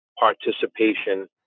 participation